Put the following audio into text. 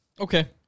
Okay